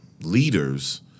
leaders